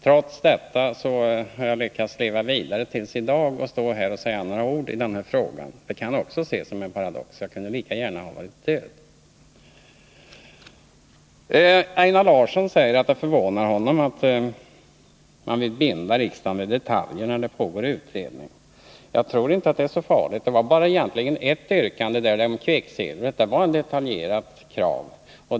Trots detta har jag lyckats leva vidare till i dag och står här och kan säga några ord i frågan. Det kan också ses som en paradox — jag kunde lika gärna ha varit död. Einar Larsson säger att det förvånar honom att man vill binda riksdagen med detaljer när det pågår en utredning. Jag tror inte att det är så farligt. Det var bara i ett yrkande, om kvicksilvret, som det fanns ett detaljerat krav.